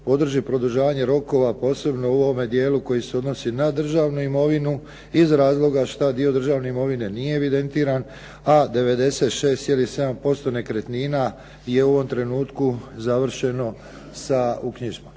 podrži produžavanje rokova posebno u ovome dijelu koji se odnosi na državnu imovinu iz razloga šta dio državne imovine nije evidentiran, a 96,7% nekretnina je u ovom trenutku završeno sa uknjižbom.